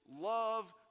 love